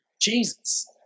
Jesus